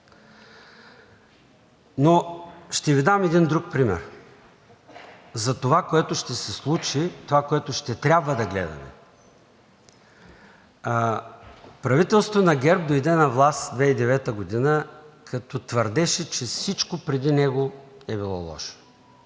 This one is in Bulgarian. Но ще Ви дам един друг пример за това, което ще се случи, това, което ще трябва да гледаме. Правителството на ГЕРБ дойде на власт 2009 г., като твърдеше, че всичко преди него е било лошо,